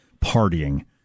partying